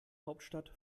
hauptstadt